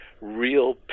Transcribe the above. real